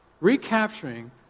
Recapturing